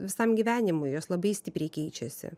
visam gyvenimui jos labai stipriai keičiasi